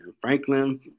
Franklin